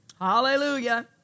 Hallelujah